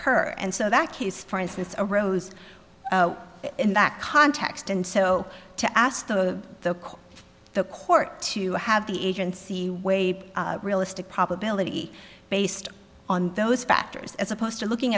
occur and so that case for instance arose in that context and so to ask the court the court to have the agency weigh realistic probability based on those factors as opposed to looking